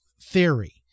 theory